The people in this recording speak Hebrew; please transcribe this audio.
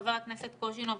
חבר הכנסת קוז'ינוב,